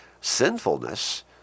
sinfulness